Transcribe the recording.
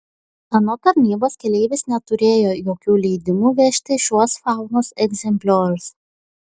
anot tarnybos keleivis neturėjo jokių leidimų vežti šiuos faunos egzempliorius